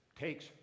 takes